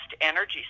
energy